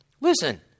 Listen